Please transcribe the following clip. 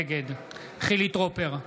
נגד חילי טרופר,